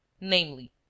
namely